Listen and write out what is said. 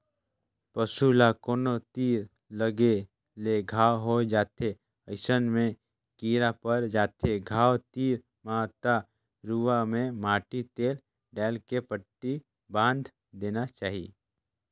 पसू ल कोनो तीर लगे ले घांव हो जाथे अइसन में कीरा पर जाथे घाव तीर म त रुआ में माटी तेल डायल के पट्टी बायन्ध देना चाही